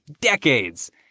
decades